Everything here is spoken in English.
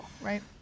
right